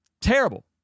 Terrible